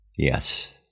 Yes